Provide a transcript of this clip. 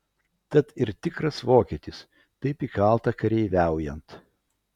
tad ir tikras vokietis taip įkalta kareiviaujant